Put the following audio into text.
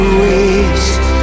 waste